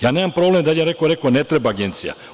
Ja nemam problem da li je neko rekao ne treba agencija.